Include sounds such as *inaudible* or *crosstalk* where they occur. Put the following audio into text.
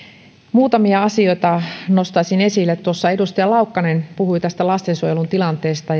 muutamia asioita nostaisin esille tuossa edustaja laukkanen puhui tästä lastensuojelun tilanteesta *unintelligible*